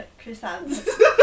chrysanthemums